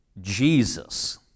Jesus